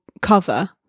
cover